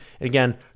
Again